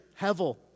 Hevel